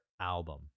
album